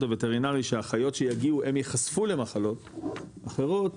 הווטרינרי שהחיות שיגיעו הם ייחשפו למחלות אחרות,